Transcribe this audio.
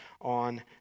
on